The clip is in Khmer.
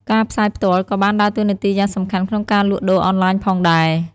ការផ្សាយផ្ទាល់ក៏បានដើរតួនាទីយ៉ាងសំខាន់ក្នុងការលក់ដូរអនឡាញផងដែរ។